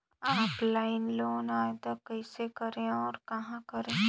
Offline loan आवेदन कइसे करो और कहाँ करो?